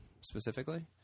specifically